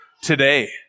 today